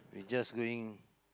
we just going